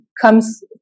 comes